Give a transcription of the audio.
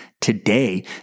today